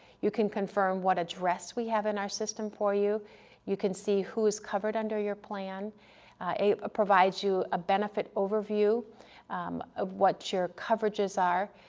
you can confirm what address we have in our system for you, you can see who's covered under your plan, it provides you a benefit overview of what your coverages are,